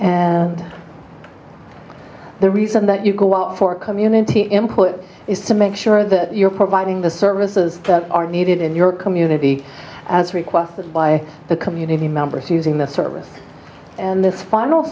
and the reason that you go out for community input is to make sure that you're providing the services that are needed in your community as requested by the community members using the service and this final